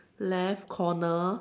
left corner